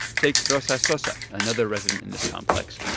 take rosa sosa, another resident in this complex.